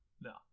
No